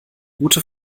gute